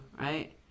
right